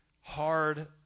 hard